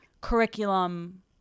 curriculum